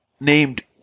named